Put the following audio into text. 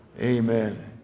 Amen